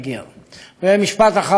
ומשפט אחרון, כמובן,